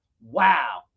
wow